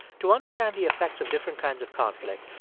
to understand the effects of different kinds of conflict,